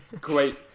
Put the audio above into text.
great